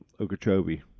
Okeechobee